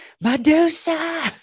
Medusa